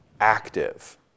active